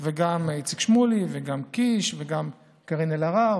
גם איציק שמולי, גם קיש, גם קארין אלהרר.